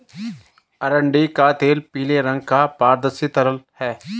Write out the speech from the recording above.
अरंडी का तेल पीले रंग का पारदर्शी तरल है